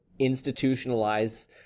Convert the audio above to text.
institutionalize